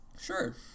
Sure